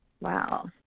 Wow